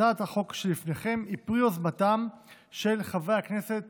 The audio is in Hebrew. הצעת החוק שלפניכם היא פרי יוזמתם של חברי הכנסת